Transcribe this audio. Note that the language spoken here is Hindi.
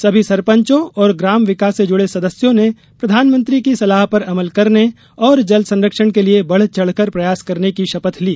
सभी सरपंचों और ग्राम विकास से जुड़े सदस्यों ने प्रधानमंत्री की सलाह पर अमल करने और जल संरक्षण के लिए बढ़ चढ़कर प्रयास करने की शपथ ली